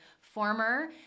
former